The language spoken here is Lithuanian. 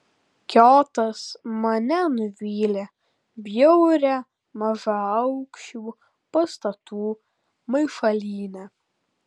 kiotas mane nuvylė bjauria mažaaukščių pastatų maišalyne